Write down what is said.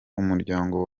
umuryango